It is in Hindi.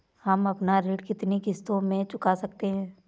हम अपना ऋण कितनी किश्तों में चुका सकते हैं?